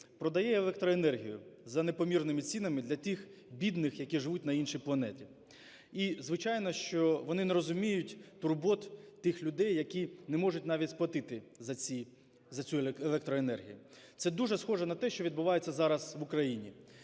продає електроенергію за непомірними цінами для тих бідних, які живуть на іншій планеті. І, звичайно, що вони не розуміють турбот тих людей, які не можуть навіть сплатити за цю електроенергію. Це дуже схоже на те, що відбувається зараз в Україні.